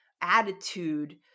attitude